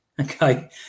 okay